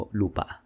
lupa